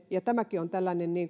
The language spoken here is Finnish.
ja tämäkin on tällainen